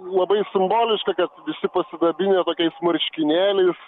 labai simboliška kad visi pasidabinę tokiais marškinėliais